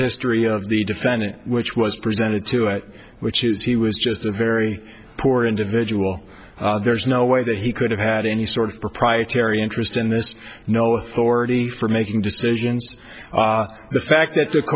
history of the defendant which was presented to it which is he was just a very poor individual there's no way that he could have had any sort of proprietary interest in this no authority for making decisions the fact that t